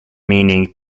meaning